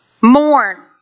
mourn